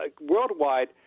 worldwide